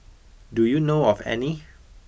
do you know of any